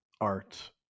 art